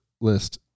list